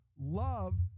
Love